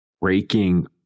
breaking